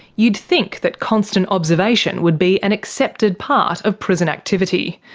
you'd think that constant observation would be an accepted part of prison activity.